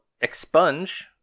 Expunge